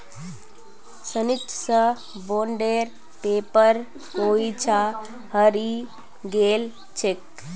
सचिन स बॉन्डेर पेपर कोई छा हरई गेल छेक